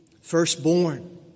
firstborn